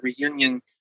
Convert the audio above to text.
reunion